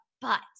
but-